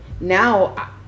now